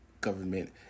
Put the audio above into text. government